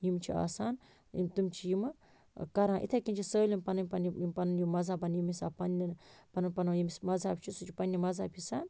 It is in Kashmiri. یِم چھِ آسان تِم چھِ یمہ کَران یِتھے کنۍ چھِ سٲلِم پَننہٕ پَننہٕ یِم پنن یِم مَذہَبَن ییٚمہِ حسابہٕ پنٕنٮ۪ن پنن پنُن ییٚمس مَذہَب چھُ سُہ چھُ پَننہِ مَذہب حِساب